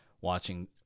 watching